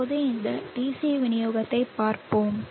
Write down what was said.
இப்போது இந்த DC விநியோகத்தைப் பார்ப்போம்